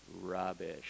rubbish